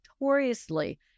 notoriously